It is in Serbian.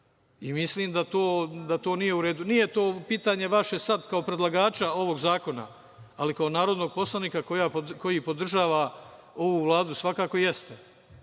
Mislim da to nije u redu. Nije to pitanje vaše sad kao predlagača ovog zakona, ali kao narodnog poslanika koji podržava ovu Vladu svakako jeste.